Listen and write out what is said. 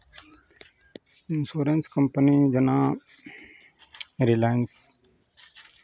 insurance company जेना Reliance